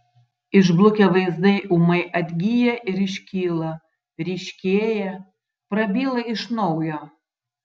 išblukę vaizdai ūmai atgyja ir iškyla ryškėja prabyla iš naujo